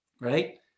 right